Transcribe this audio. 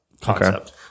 concept